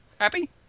Happy